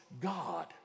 God